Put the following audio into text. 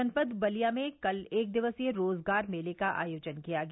जनपद बलिया में कल एक दिवसीय रोजगार मेले का आयोजन किया गया